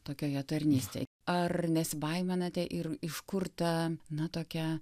tokioje tarnystėj ar nesibaiminate ir iš kur ta na tokia